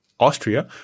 Austria